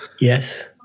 Yes